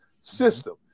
system